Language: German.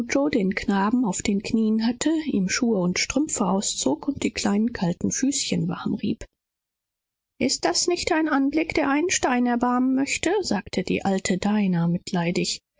den knaben auf seinem schooße hielt ihm die schuhe und strümpfe auszog und die kalten kleinen füße zu erwärmen versuchte nu sicher ist's nicht ein schrecklicher anblick zu sehen sagte die alte dinah mitleidig